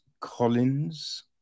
Collins